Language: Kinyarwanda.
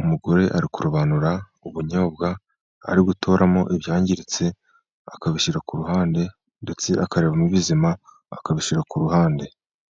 Umugore arimo kururobanura ubunyobwa, ari gutoramo ibyangiritse akabishyira ku ruhande, ndetse akareba ibizima akabishyira ku ruhande.